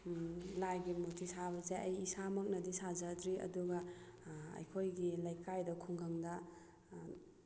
ꯂꯥꯏꯒꯤ ꯃꯨꯔꯇꯤ ꯁꯥꯕꯁꯦ ꯑꯩ ꯏꯁꯥꯃꯛꯅꯗꯤ ꯁꯥꯖꯗ꯭ꯔꯤ ꯑꯗꯨꯒ ꯑꯩꯈꯣꯏꯒꯤ ꯂꯩꯀꯥꯏꯗ ꯈꯨꯡꯒꯪꯗ